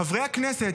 חברי הכנסת,